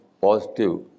positive